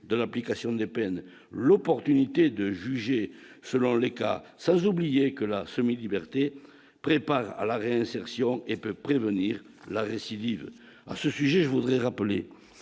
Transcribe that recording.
de l'application des peines, l'opportunité de juger selon les cas, sans oublier que la semi-liberté prépare à la réinsertion et peut prévenir la récidive à ce sujet, je voudrais rappeler